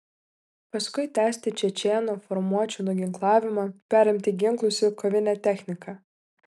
paskui tęsti čečėnų formuočių nuginklavimą perimti ginklus ir kovinę techniką